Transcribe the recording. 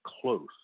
close